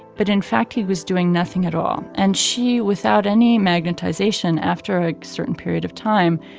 but in fact, he was doing nothing at all. and she, without any magnetization after a certain period of time,